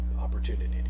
opportunity